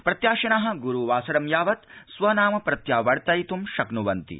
प्रत्याशिन गुरुवासरं यावत् स्व नाम प्रत्यावर्तयित् शक्नवन्ति